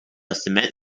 cement